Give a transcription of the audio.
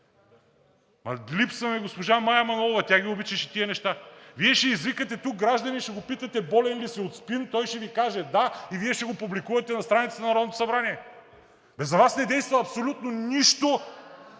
липсва ми госпожа Мая Манолова – тя ги обичаше тези неща. Вие ще извикате тук гражданин и ще го питате: „Болен ли си от СПИН?“, той ще Ви каже: „Да“, и Вие ще го публикувате на страницата на Народното събрание. Бе, за Вас не действа абсолютно нищо